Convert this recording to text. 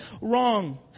wrong